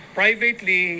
privately